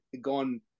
gone